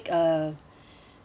some